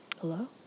hello